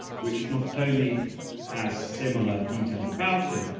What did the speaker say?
which not only has similar details about him,